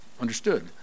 understood